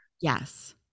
Yes